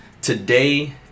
Today